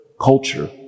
culture